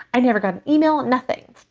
i never got an email, nothing.